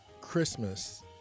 Christmas